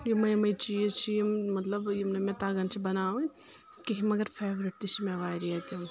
یِمٕے یِمٕے چیٖز چھِ یِم مطلب یِم نہٕ مےٚ تگان چھِ بناوٕنۍ کہیٖنۍ مگر فیورٹ چھِ مےٚ واریاہ تِم